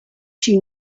she